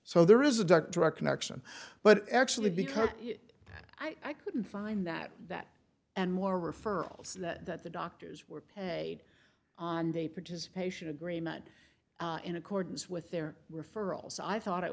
so there is a doc direct connection but actually because i couldn't find that that and more referrals that the doctors were paid on the participation agreement in accordance with their referrals i thought it